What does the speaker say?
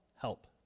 help